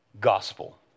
gospel